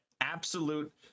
Absolute